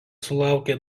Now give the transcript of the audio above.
sulaukė